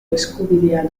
eskubidea